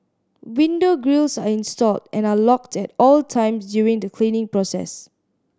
window grilles are installed and are locked at all times during the cleaning process